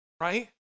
right